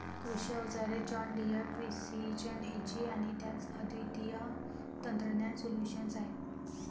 कृषी अवजारे John Deere precision AG आणि त्यात अद्वितीय तंत्रज्ञान सोल्यूशन्स आहेत